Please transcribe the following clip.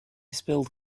spilled